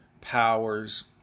powers